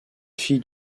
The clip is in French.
fille